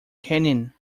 canyon